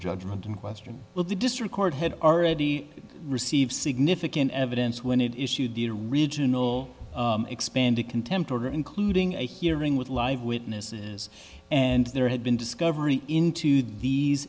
judgment in question well the district court had already received significant evidence when it is to the original expanded contempt order including a hearing with live witnesses and there had been discovery into these